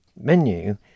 menu